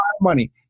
money